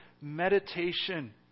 meditation